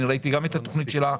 אני ראיתי את התכנית שלה,